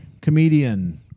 comedian